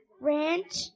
Ranch